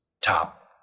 top